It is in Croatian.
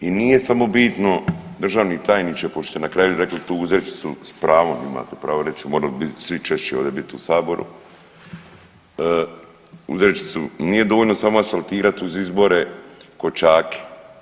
I nije samo bitno državni tajniče ko što ste na kraju rekli tu uzrečicu s pravom, imate pravo, reći morali bi svi češće ovdje biti u saboru, uzrečicu, nije dovoljno samo asfaltirat uz izbore kočake.